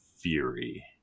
Fury